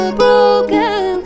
broken